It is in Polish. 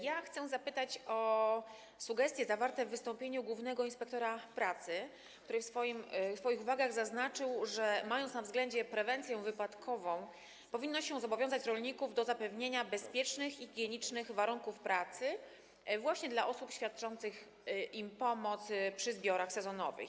Ja chcę zapytać o sugestie zawarte w wystąpieniu głównego inspektora pracy, który w swoich uwagach zaznaczył, że mając na względzie prewencję wypadkową, powinno się zobowiązać rolników do zapewnienia bezpiecznych, higienicznych warunków pracy właśnie osobom świadczącym im pomoc przy zbiorach sezonowych.